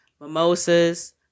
mimosas